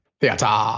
theater